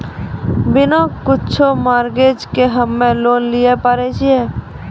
बिना कुछो मॉर्गेज के हम्मय लोन लिये पारे छियै?